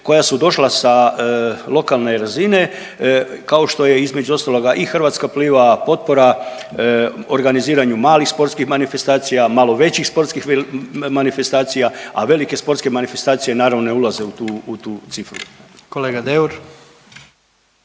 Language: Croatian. koja su došla sa lokalne razine kao što je između ostaloga i Hrvatska pliva, potpora organiziranju malih sportskih manifestacija, malo većih sportskih manifestacija, a velike sportske manifestacije naravno ne ulaze u tu cifru.